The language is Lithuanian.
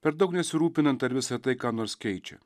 per daug nesirūpinant ar visa tai ką nors keičia